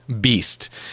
beast